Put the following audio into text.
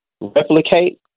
replicate